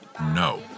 no